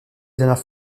dernière